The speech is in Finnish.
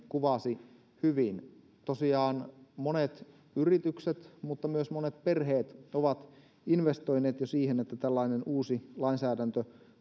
kuvasi hyvin tosiaan monet yritykset mutta myös monet perheet ovat investoineet jo siihen että tällainen uusi lainsäädäntö